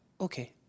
Okay